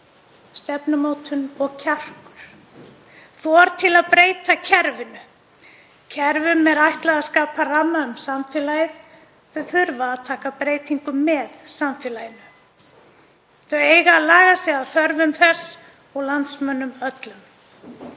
stefnumótun og kjarkur, þor til að breyta kerfinu. Kerfum er ætlað að skapa ramma um samfélagið. Þau þurfa að taka breytingum með samfélaginu. Þau eiga að laga sig að þörfum þess og landsmönnum öllum.